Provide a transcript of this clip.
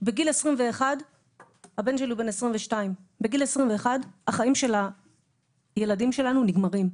הבן שלי הוא בן 22. בגיל 21 החיים של הילדים שלנו נגמרים.